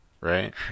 right